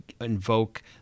invoke